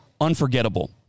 unforgettable